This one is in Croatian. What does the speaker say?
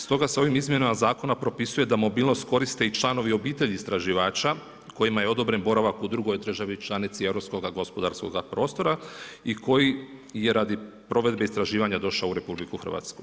Stoga se ovim izmjenama Zakona propisuje da mobilnost koriste i članovi obitelji istraživača kojima je odobren boravak u drugoj državi članici europskoga gospodarskog prostora i koji je radi provedbe istraživanja došao u RH.